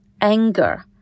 anger